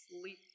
sleep